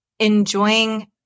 enjoying